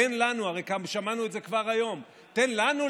תן לנו,